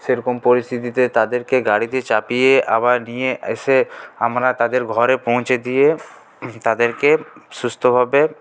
সে রকম পরিস্থিতিতে তাদেরকে গাড়িতে চাপিয়ে আবার নিয়ে এসে আমরা তাদের ঘরে পৌঁছে দিয়ে তাদেরকে সুস্থভাবে